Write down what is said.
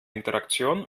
interaktion